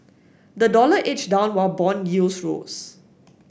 the dollar edged down while bond yields rose